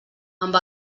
amb